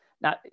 Now